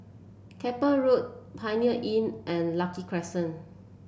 Keppel Road Premier Inn and Lucky Crescent